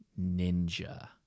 ninja